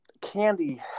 candy